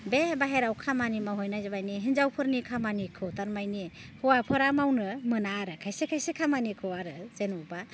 बे बाहेरायाव खामानि मावहैनाया जाबाय हिन्जावफोरनि खामानिखौ थारमानि हौवाफोरा मावनो मोना आरो खायसे खायसे खामानिखौ आरो जेनोबा